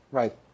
right